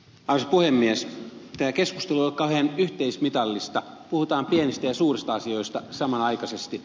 als puhemies pitää keskusteluakaan yhteismitallista puhutaan pienistä ja suurista asioista samanaikaisesti